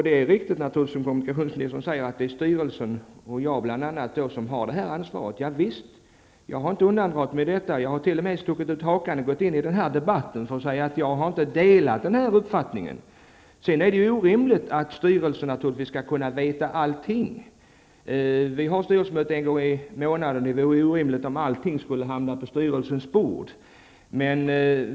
Det är naturligtvis riktigt som kommunikationsministern säger att det är styrelsen, och då bl.a. jag, som har ansvaret. Javisst. Jag har inte undandragit mig detta ansvar, utan jag har t.o.m. stuckit ut hakan och gått in i debatten och sagt att jag inte delat den här uppfattningen. Det är orimligt att tro att styrelsen skall kunna veta allting. Vi har styrelsemöte en gång i månaden, och det vore orimligt om allting skulle hamna på styrelsens bord.